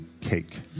cake